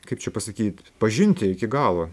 kaip čia pasakyt pažinti iki galo